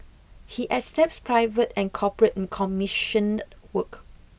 he accepts private and corporate commissioned work